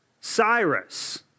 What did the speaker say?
Cyrus